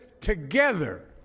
TOGETHER